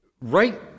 Right